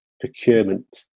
procurement